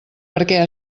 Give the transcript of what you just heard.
perquè